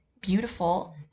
beautiful